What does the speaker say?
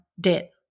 debt